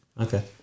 okay